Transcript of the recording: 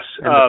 yes